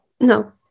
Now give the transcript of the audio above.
No